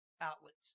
outlets